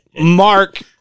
Mark